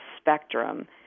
spectrum